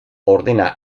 ordena